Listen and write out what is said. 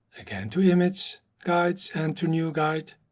again to image, guides and to new guide.